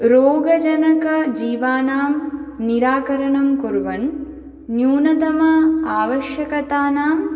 रोगजनकजीवानां निराकरणं कुर्वन् न्यूनतम आवश्यकतानाम्